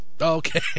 Okay